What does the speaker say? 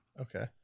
Okay